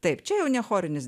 taip čia jau ne chorinis